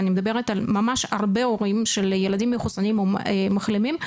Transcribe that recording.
ממש הרבה הורים של ילדים מחוסנים או מחלימים,